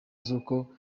z’uko